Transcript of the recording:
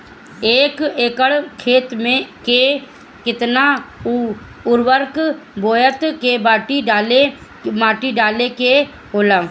एक एकड़ खेत में के केतना उर्वरक बोअत के माटी डाले के होला?